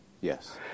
Yes